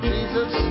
Jesus